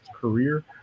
career